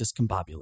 discombobulated